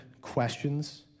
questions